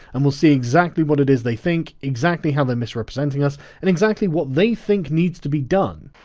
and we'll see exactly what it is they think, exactly how they're misrepresenting us, and exactly what they think needs to be done.